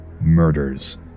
murders